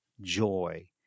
joy